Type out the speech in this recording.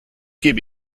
gebe